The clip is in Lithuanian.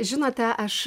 žinote aš